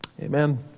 Amen